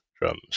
drums